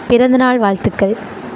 பிறந்தநாள் வாழ்த்துக்கள்